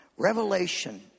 Revelation